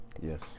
Yes